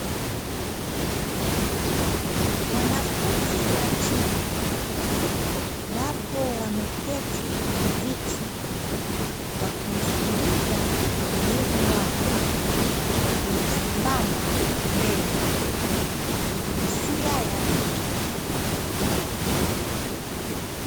Wanafunzi wa chuo, wapo wameketi kwenye viti wakimsikiliza mwalimu wao aliyesimama mbele, mwenye jinsia ya kike.